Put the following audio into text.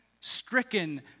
stricken